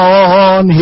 on